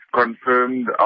confirmed